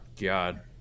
God